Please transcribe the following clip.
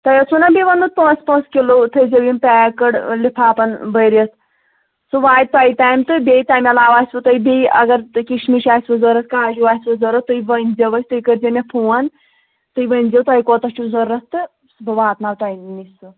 تۄہہِ اوسوٕ نا بیٚیہِ ووٚنمُت پانٛژھ پانٛژھ کِلوٗ تھٲیزیو یِم پیکٕڈ لِفاپَن بٔرِتھ سُہ واتہِ تۄہہِ تامۍ تہٕ بیٚیہِ تَمہِ علاوٕ آسِوٕ تۄہہِ بیٚیہِ اگر تُہۍ کِشمِش آسِوٕ ضوٚرَتھ کاجوٗ آسِوٕ ضوٚرَتھ تُہۍ ؤنۍزیو اَسہِ تُہۍ کٔرۍزیو مےٚ فون تُہۍ ؤنۍزیو تۄہہِ کوتاہ چھُو ضوٚرَتھ تہٕ بہٕ واتناو تۄہہِ نِش سُہ